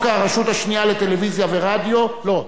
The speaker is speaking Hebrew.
הרשות השנייה לטלוויזיה ורדיו, לא,